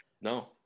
No